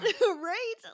Right